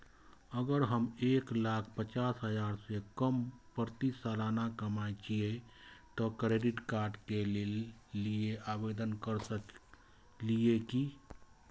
अगर हम एक लाख पचास हजार से कम प्रति साल कमाय छियै त क्रेडिट कार्ड के लिये आवेदन कर सकलियै की?